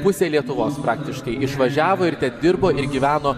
pusė lietuvos praktiškai išvažiavo ir ten dirbo ir gyveno